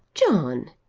john,